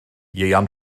ieuan